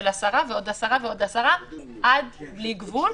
עשרה ועוד עשרה ועוד עשרה עד בלי גבול,